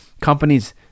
companies